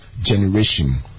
generation